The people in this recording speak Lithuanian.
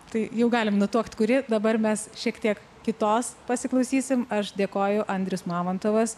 tai jau galim nutuokt kuri dabar mes šiek tiek kitos pasiklausysim aš dėkoju andrius mamontovas